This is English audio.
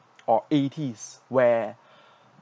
or eighties where